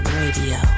radio